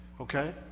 Okay